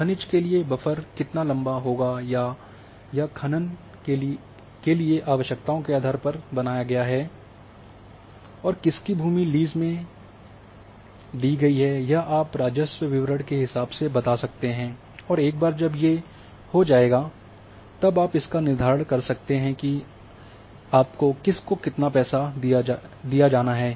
खनिज के लिए बफर कितना लंबा होगा यह खनन के लिए आवश्यकताओं के आधार पर बनाया गया है और किसकी भूमि लीज़ में दी यह आप राजस्व विवरण के हिसाब से बता सकते हैं और एक बार जब ये हो जाएगा तब आप इसका निर्धारण कर सकते हैं कि किसको कितना पैसा दिया जाना है